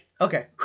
Okay